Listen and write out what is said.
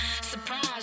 Surprise